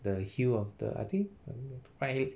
the heel of the I think I don't know right leg